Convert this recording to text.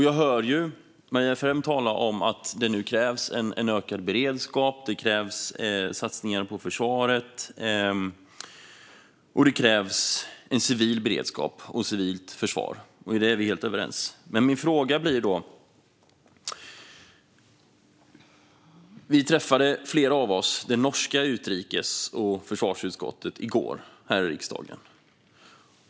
Jag hör Maria Ferm tala om att det nu krävs en ökad beredskap, satsningar på försvaret och en civil beredskap och ett civilt försvar. Där är vi helt överens. Men jag har en fråga. Flera av oss träffade det norska utrikes och försvarsutskottet i går här i riksdagen.